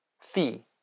fee